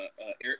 eric